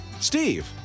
Steve